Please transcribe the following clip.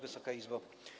Wysoka Izbo!